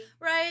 Right